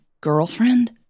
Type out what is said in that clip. girlfriend